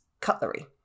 cutlery